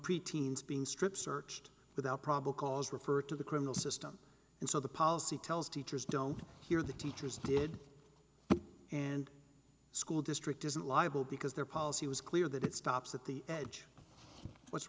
preteens being strip searched without probable cause refer to the criminal system and so the policy tells teachers don't hear the teachers did and school district isn't liable because their policy was clear that it stops at the edge what's